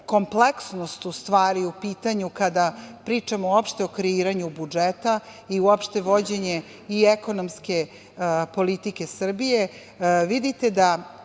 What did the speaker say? kompleksnost u stvari u pitanju, kada pričamo uopšte o kreiranju budžeta i uopšte vođenju i ekonomske politike Srbije? Vidite da